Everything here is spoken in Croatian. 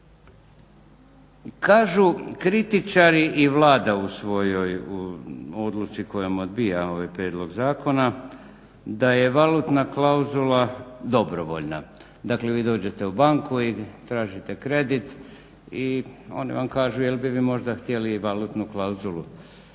Kažu kritičari i Vlada u svojoj odluci kojom odbija ovaj prijedlog zakona da je valutna klauzula dobrovoljna, dakle vi dođete u banku i tražite kredit i oni vam kažu jel bi vi možda htjeli valutnu klauzulu i vi